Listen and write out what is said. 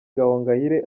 gahongayire